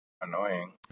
annoying